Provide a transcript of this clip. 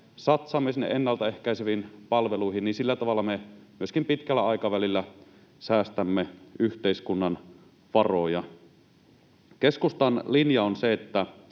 satsaamme sinne ennaltaehkäiseviin palveluihin, niin sillä tavalla me myöskin pitkällä aikavälillä säästämme yhteiskunnan varoja. Keskustan linja on se, että